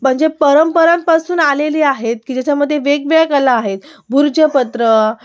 म्हणजे परंपरांपासून आलेली आहेत की ज्याच्यामध्ये वेगवेगळ्या कला आहेत भूर्ज पत्र